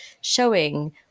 showing